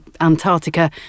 Antarctica